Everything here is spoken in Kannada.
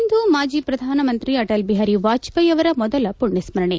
ಇಂದು ಮಾಜಿ ಪ್ರಧಾನಮಂತ್ರಿ ಅಟಲ್ ಬಿಹಾರಿ ವಾಜಪೇಯಿ ಅವರ ಮೊದಲ ಪುಣ್ಪಸ್ಪರಣೆ